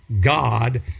God